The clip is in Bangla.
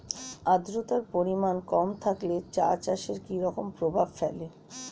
আদ্রতার পরিমাণ কম থাকলে চা চাষে কি রকম প্রভাব ফেলে?